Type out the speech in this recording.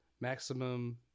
maximum